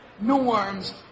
norms